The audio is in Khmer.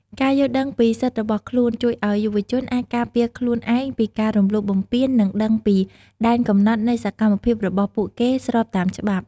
ការយល់ដឹងពីសិទ្ធិរបស់ខ្លួន ជួយឲ្យយុវជនអាចការពារខ្លួនឯងពីការរំលោភបំពាន និងដឹងពីដែនកំណត់នៃសកម្មភាពរបស់ពួកគេ ស្របតាមច្បាប់។